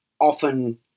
often